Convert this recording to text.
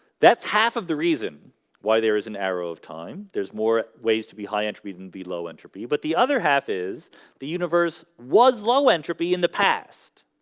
that's half of the reason why there is an arrow of time there's more ways to be high entropy to and be low entropy, but the other half is the universe was low entropy in the past